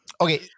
Okay